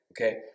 okay